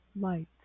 light